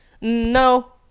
no